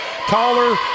taller